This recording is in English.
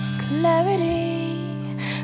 Clarity